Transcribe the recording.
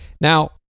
now